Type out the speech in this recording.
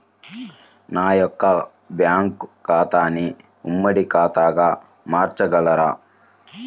నా యొక్క బ్యాంకు ఖాతాని ఉమ్మడి ఖాతాగా మార్చగలరా?